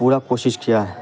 پورا کوشش کیا ہے